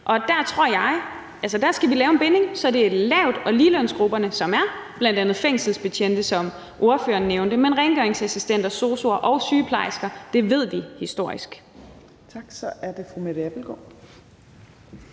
vi skal lave en binding, så det er lavtlønsgrupperne, som er bl.a. fængselsbetjente, som ordføreren nævnte, men også rengøringsassistenter, sosu'er og sygeplejersker. Det ved vi historisk.